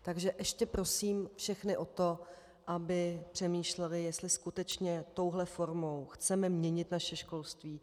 Takže ještě prosím všechny o to, aby přemýšleli, jestli skutečně touhle formou chceme měnit naše školství.